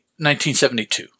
1972